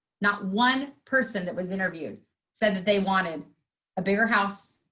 not one person that was interviewed said that they wanted a bigger house,